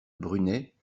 brunet